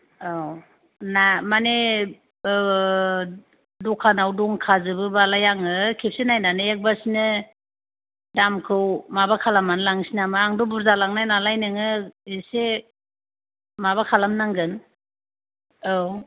औ ना माने दखानाव दंखाजोबोबालाय आङो खेबसे नायनानै एकबासेनो दामखौ माबा खालामनानै लांनोसै नामा आंथ' बुरजा लांनाय नालाय नोङो एसे माबा खालामनांगोन औ